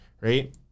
right